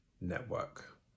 Network